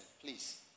please